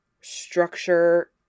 structure